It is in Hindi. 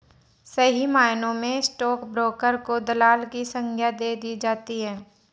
सही मायनों में स्टाक ब्रोकर को दलाल की संग्या दे दी जाती है